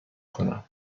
کنم